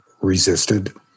Resisted